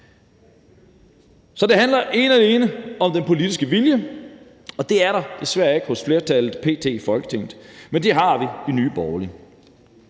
Så det handler ene og alene om den politiske vilje, og det er der desværre ikke p.t. hos flertallet i Folketinget, men det har vi i Nye Borgerlige,